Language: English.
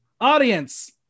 audience